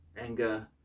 anger